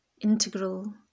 integral